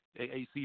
AAC